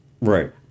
Right